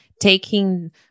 taking